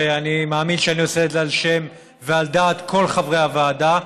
ואני מאמין שאני עושה את זה על שם ועל דעת כל חברי הוועדה,